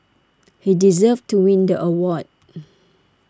he deserved to win the award